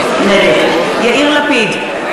נגד יאיר לפיד,